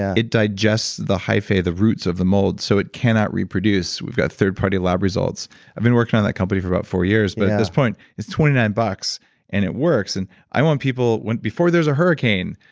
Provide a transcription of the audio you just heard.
it digests the hyphae the roots of the mold, so it cannot reproduce. we've got third party lab results i've been working on that company for about four years but at this point, it's twenty nine bucks and it works and i want people, before there's a hurricane,